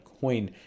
coin